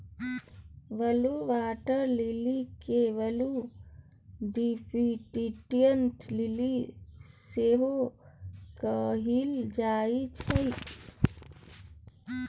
blue water lily केँ blue Egyptian lily सेहो कहल जाइ छै